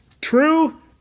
true